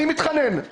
אני מתחנן,